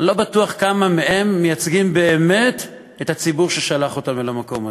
אני לא בטוח כמה מהם מייצגים באמת את הציבור ששלח אותם אל המקום הזה.